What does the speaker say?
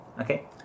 Okay